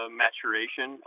maturation